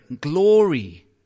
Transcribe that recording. glory